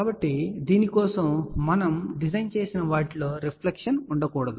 కాబట్టి దాని కోసం మనం డిజైన్ చేసిన వాటిలో రిఫ్లెక్షన్ ఉండకూడదు